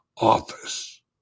Office